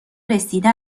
رسیده